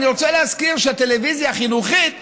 אני רוצה להזכיר שהטלוויזיה החינוכית בשיאה,